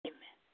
Amen